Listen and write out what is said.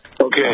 Okay